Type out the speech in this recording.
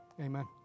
Amen